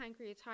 pancreatitis